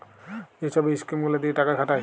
যে ছব ইস্কিম গুলা দিঁয়ে টাকা খাটায়